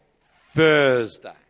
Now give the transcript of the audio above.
Thursday